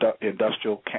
industrial